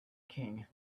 king